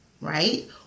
right